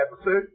episode